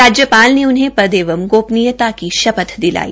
राज्यपाल ने उन्हे पद एवं गोपनीयता की शपथ दिलाई